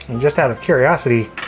just out of curiosity,